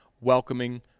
welcoming